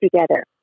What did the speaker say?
together